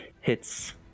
hits